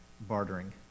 bartering